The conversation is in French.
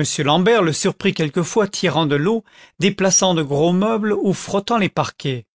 m l'ambert le surprit quelquefois tirant de l'eau déplaçant de gros meubles ou frottant les parquets